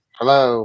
hello